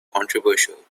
controversial